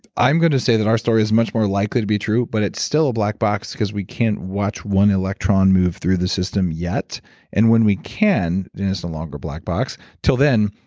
i'm going to say that our story is much more likely to be true, but it's still a black box because we can't watch one electron move through the system yet and when we can, then it's no and longer black box. till then,